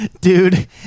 Dude